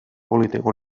político